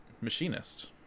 machinist